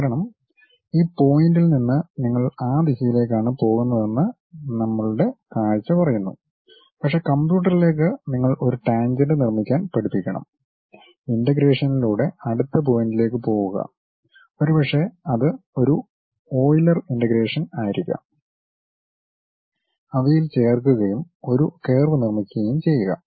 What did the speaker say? കാരണം ഈ പോയിൻ്റിൽ നിന്ന് നിങ്ങൾ ആ ദിശയിലേക്കാണ് പോകുന്നതെന്ന് നമ്മളുടെ കാഴ്ച്ച പറയുന്നു പക്ഷേ കമ്പ്യൂട്ടറിലേക്ക് നിങ്ങൾ ഒരു ടാൻജെന്റ് നിർമ്മിക്കാൻ പഠിപ്പിക്കണം ഇൻ്റഗ്രേഷനിലൂടെ അടുത്ത പോയിന്റിലേക്ക് പോകുക ഒരുപക്ഷേ അത് ഒരു ഓയിലർ ഇൻ്റാഗ്രേഷൻ ആയിരിക്കാം അവയിൽ ചേർക്കുകയും ഒരു കർവ് നിർമ്മിക്കുകയും ചെയ്യുക